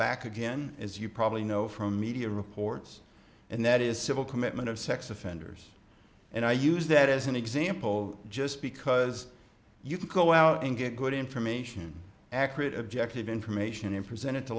back again as you probably know from media reports and that is civil commitment of sex offenders and i use that as an example just because you can go out and get good information accurate objective information in presented to